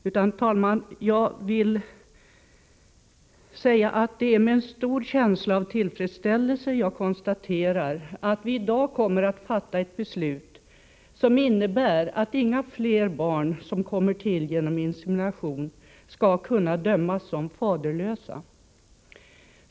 Jag vill säga, herr talman, att det är med en känsla av stor tillfredsställelse som jag konstaterar att vi i dag kommer att fatta ett beslut som innebär att inga fler barn som kommer till genom insemination skall kunna dömas som faderlösa.